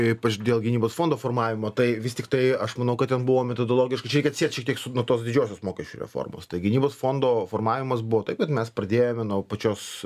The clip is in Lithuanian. ypač dėl gynybos fondo formavimo tai vis tiktai aš manau kad ten buvo metodologiškai čia reikia atsiet šiek tiek su nuo tos didžiosios mokesčių reformos tai gynybos fondo formavimas buvo taip kad mes pradėjome nuo pačios